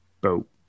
boat